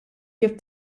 kif